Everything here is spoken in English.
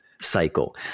cycle